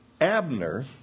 Abner